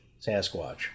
Sasquatch